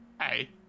Hey